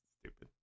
stupid